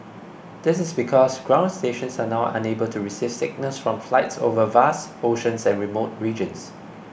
this is because ground stations are now unable to receive signals from flights over vast oceans and remote regions